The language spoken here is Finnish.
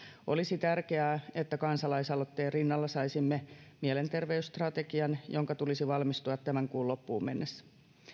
olisi tärkeää että kansalaisaloitteen rinnalla saisimme mielenterveysstrategian jonka tulisi valmistua tämän kuun loppuun mennessä